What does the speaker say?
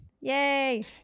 Yay